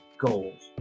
goals